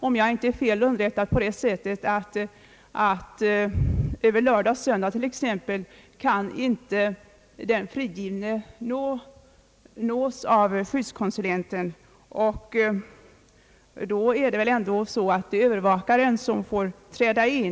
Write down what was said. Om jag inte är fel underrättad kan över lördag och söndag den frigivne inte nås av skyddskonsulenten, och då är det ändå övervakaren som får träda in.